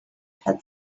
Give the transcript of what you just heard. had